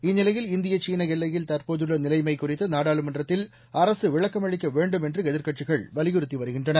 இந்நிலையில் இந்திய சீன எல்லையில் தற்போதுள்ள நிலைமை குறித்து நாடாளுமன்றத்தில் அரசு விளக்கமளிக்க வேண்டும் என்று எதிர்க்கட்சிகள் வலியுறுத்தி வருகின்றன